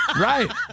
Right